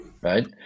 right